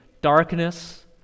darkness